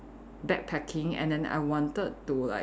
backpacking and then I wanted to like